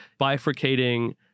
bifurcating